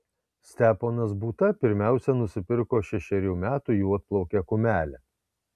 steponas būta pirmiausia nusipirko šešerių metų juodplaukę kumelę